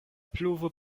pluvo